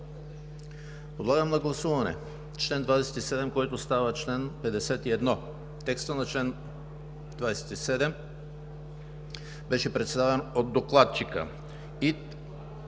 Подлагам на гласуване чл. 27, който става чл. 51. Текстът на чл. 27 беше представен от докладчика